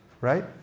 right